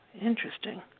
Interesting